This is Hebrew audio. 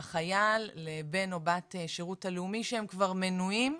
לחייל, לבין או בת שירות הלאומי שהם כבר מנויים,